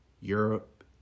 Europe